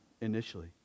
initially